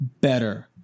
better